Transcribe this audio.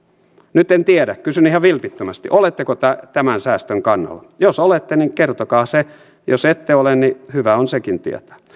nyt en tiedä kysyn ihan vilpittömästi oletteko tämän säästön kannalla jos olette niin kertokaa se jos ette ole niin hyvä on sekin tietää